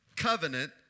covenant